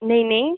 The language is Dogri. नेईं नेईं